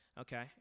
Okay